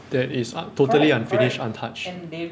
that is un~ totally unfinished untouched